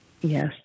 Yes